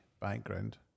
background